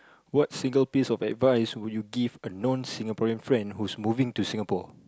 what single piece of advice would you give a non Singaporean friend who is moving to Singapore